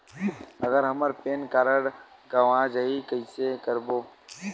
अगर हमर PAN card गवां जाही कइसे करबो?